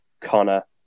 Connor